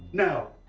no,